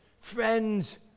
friends